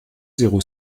zéro